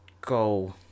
go